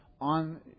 on